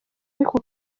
ariko